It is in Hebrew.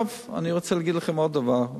אני רוצה להגיד לכם עוד דבר,